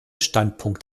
standpunkt